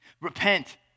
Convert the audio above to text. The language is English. Repent